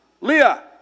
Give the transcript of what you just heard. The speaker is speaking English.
Leah